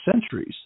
centuries